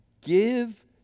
give